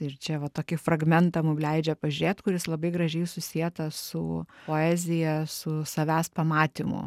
ir čia va tokį fragmentą mum leidžia pažiūrėt kuris labai gražiai susietas su poezija su savęs pamatymu